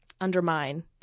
undermine